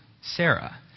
Sarah